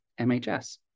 MHS